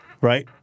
right